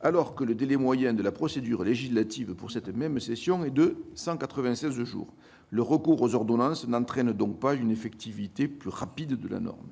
alors que le délai moyen de la procédure législative pour cette même session est de 196 jours. Le recours aux ordonnances n'entraîne donc pas une effectivité plus rapide de la norme.